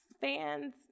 fans